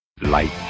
Light